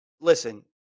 Listen